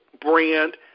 brand